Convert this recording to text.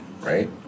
right